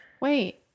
Wait